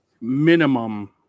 minimum